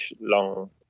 long